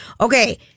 Okay